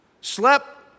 Slept